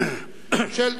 יש לזה גם ערכים נפרדים,